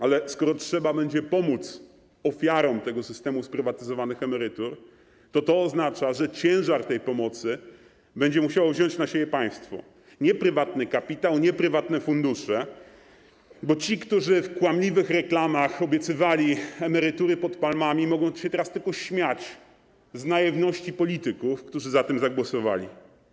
Ale skoro trzeba będzie pomóc ofiarom tego systemu sprywatyzowanych emerytur, to oznacza to, że ciężar tej pomocy będzie musiało wziąć na siebie państwo, nie prywatny kapitał, nie prywatne fundusze, bo ci, którzy w kłamliwych reklamach obiecywali emerytury pod palmami, mogą się tylko śmiać z naiwności polityków, którzy za tym zagłosowali.